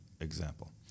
example